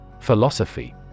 Philosophy